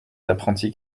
apprentis